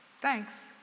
thanks